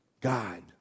God